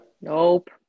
Nope